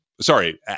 sorry